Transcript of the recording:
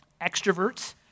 Extroverts